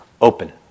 open